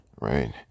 right